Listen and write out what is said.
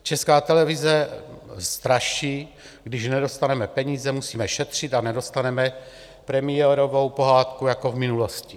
Česká televize straší: Když nedostaneme peníze, musíme šetřit a nedostaneme premiérovou pohádku jako v minulosti.